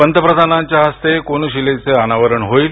पंतप्रधानांच्या हस्ते तेथील कोनशिलेच अनावरण होईल